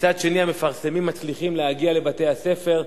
מצד שני המפרסמים מצליחים להגיע לבתי-הספר,